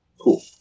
Cool